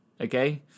Okay